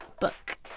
book